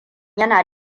yana